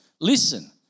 Listen